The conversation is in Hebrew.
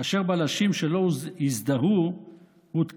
כאשר בלשים שלא הזדהו הותקפו,